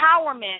empowerment